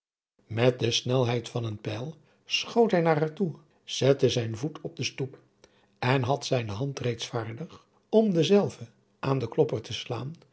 met de snelheid van een pijl schoot hij naar haar toe zette zijn voet op de stoep en had zijne hand reeds vaardig om dezelve aan den klopper te slaan